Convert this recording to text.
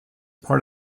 part